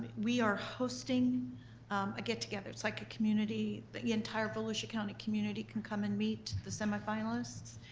we are hosting a get-together. it's like a community, the entire volusia county community can come and meet the semifinalists.